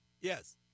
Yes